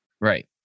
right